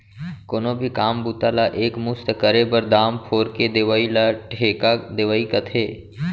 कोनो भी काम बूता ला एक मुस्त करे बर, दाम फोर के देवइ ल ठेका देवई कथें